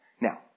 Now